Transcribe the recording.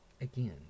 Again